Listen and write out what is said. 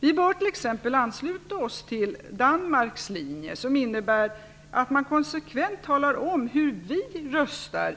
Vi bör t.ex. ansluta oss till Danmarks linje, som innebär att man konsekvent talar om hur vi röstar